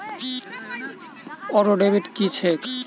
Auto debit की छैक?